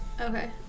okay